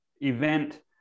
event